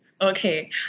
Okay